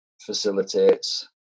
facilitates